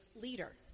leader